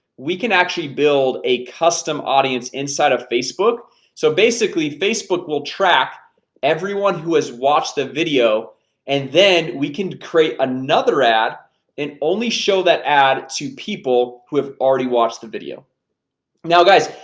we can actually build a custom audience inside of facebook so basically facebook will track everyone who has watched the video and then we can create another ad and only show that ad to people who have already watched the video now guys,